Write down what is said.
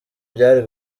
byari